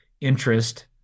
Interest